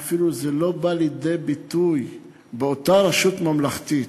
וזה אפילו לא בא לידי ביטוי באותה רשות ממלכתית,